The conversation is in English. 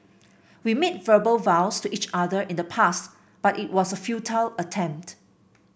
we made verbal vows to each other in the past but it was a futile attempt